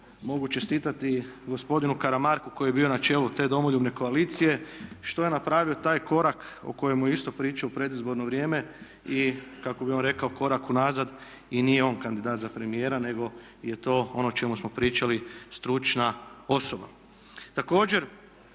mogu čestitati i gospodinu Karamarku koji je bio na čelu te Domoljubne koalicije, što je napravio taj korak o kojemu je isto pričao u predizborno vrijeme i kako bi on rekao korak unazad i nije on kandidat za premijera, nego je to ono o čemu smo pričali stručna osoba. Također,